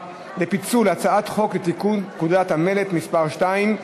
לפצל את הצעת חוק לתיקון פקודת המלט (מס' 2)